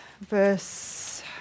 verse